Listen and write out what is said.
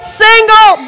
single